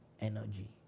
energy